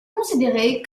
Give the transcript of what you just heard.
considéré